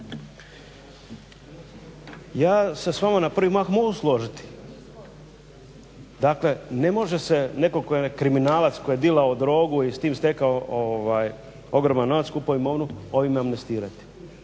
Ja se s vama na prvi mah mogu složiti. Dakle ne može se netko tko je kriminalac tko je dilao drogu i s tim stekao ogroman novac i kupio imovinu ovime amnestirati,